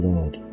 Lord